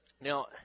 now